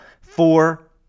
Four